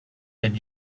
been